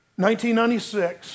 1996